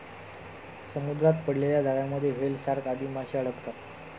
समुद्रात पडलेल्या जाळ्यांमध्ये व्हेल, शार्क आदी माशे अडकतात